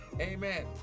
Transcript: Amen